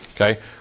Okay